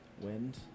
wind